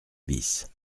bis